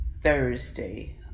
Thursday